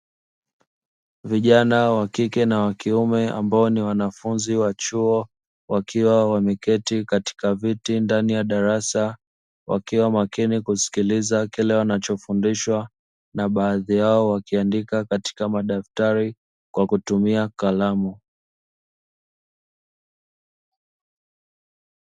Vijana wa kike na wa kiume ambao ni wanafunzi wa chuo wakiwa wameketi katika viti ndani ya darasa wakiwa makini kusikiliza kile wanachofundishwa. Na baadhi yao wakiandika katika madaftari kwa kutumia kalamu.